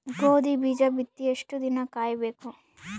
ಗೋಧಿ ಬೀಜ ಬಿತ್ತಿ ಎಷ್ಟು ದಿನ ಕಾಯಿಬೇಕು?